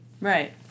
Right